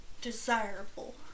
desirable